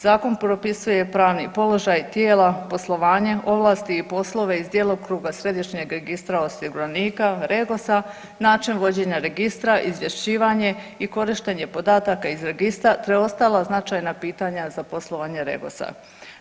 Zakon propisuje pravni položaj tijela, poslovanje, ovlasti i poslove iz djelokruga središnjeg registra osiguranika REGOS-a, način vođenja registra, izvješćivanje i korištenje podataka iz registra, preostala značajna pitanja za poslovanje REGOS-a.